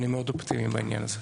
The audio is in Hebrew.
אני מאוד אופטימי בעניין הזה.